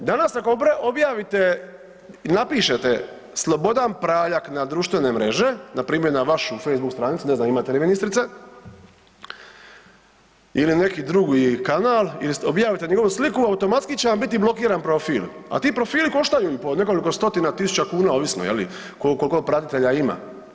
Danas ako objavite i napišete Slobodan Praljak na društvene mreže, npr. na vašu Facebook stranice, ne znam imate li ministrice ili neki drugi kanal ili objavite njegovu sliku, automatski će vam biti blokiran profil a ti profili koštaju i po nekoliko stotina tisuća kuna, ovisno je li, koliko pratitelja ima.